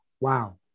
Wow